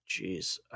Jeez